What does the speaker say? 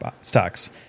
stocks